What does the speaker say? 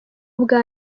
ubwa